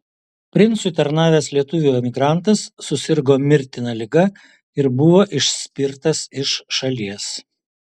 princui tarnavęs lietuvių emigrantas susirgo mirtina liga ir buvo išspirtas iš šalies